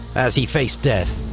as he faced death,